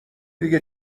دیگه